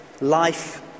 life